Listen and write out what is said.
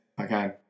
Okay